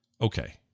okay